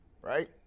right